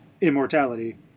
immortality